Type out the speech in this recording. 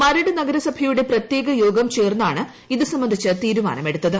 മരട് നഗരസഭയുടെ പ്രത്യേക യോഗം ചേർന്നാണ് ഇത് സ്സംബന്ധിച്ച് തീരുമാനം എടുത്തത്